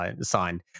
signed